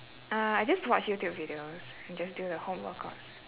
uh I just watch youtube videos and just do the home workouts